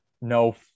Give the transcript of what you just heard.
No